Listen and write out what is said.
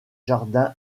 jardins